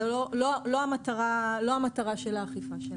זה לא המטרה של האכיפה שלנו.